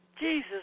Jesus